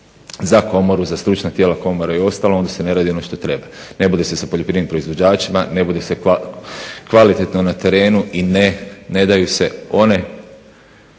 za komoru, za stručna tijela komora i ostalo onda se ne radi ono što treba. ne bude se sa poljoprivrednim proizvođačima, ne bude sa kvalitetno na terenu i ne daju se one